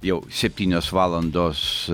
jau septynios valandos